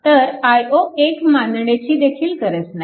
तर i0 1A मानण्याची देखील गरज नाही